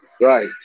right